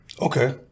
Okay